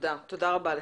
תודה רבה לך.